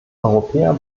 europäer